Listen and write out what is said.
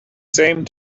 same